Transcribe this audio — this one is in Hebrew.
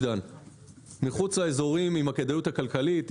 מחוץ לאזורים עם הכדאיות הכלכלית,